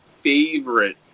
favorite